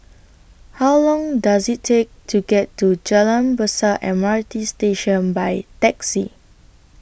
How Long Does IT Take to get to Jalan Besar M R T Station By Taxi